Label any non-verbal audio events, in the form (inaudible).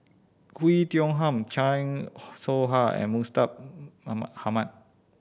Oei Tiong Ham Chan Soh Ha and Mustaq Ahmad (unintelligible)